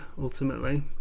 ultimately